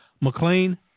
McLean